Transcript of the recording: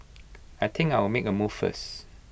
I think I'll make A move first